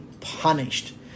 punished